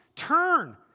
Turn